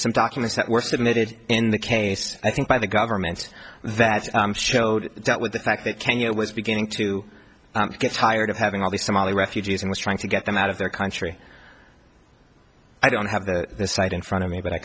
some documents that were submitted in the case i think by the government that showed that with the fact that kenya was beginning to get tired of having all these somali refugees and was trying to get them out of their country i don't have that cite in front of me but i